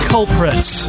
Culprits